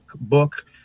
book